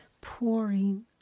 pouring